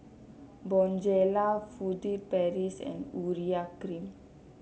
Bonjela Furtere Paris and Urea Cream